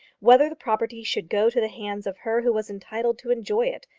whether the property should go to the hands of her who was entitled to enjoy it,